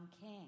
king